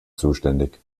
zuständig